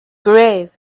grave